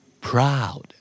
Proud